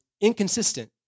inconsistent